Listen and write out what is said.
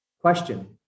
question